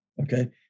okay